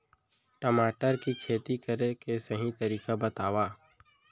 टमाटर की खेती करे के सही तरीका बतावा?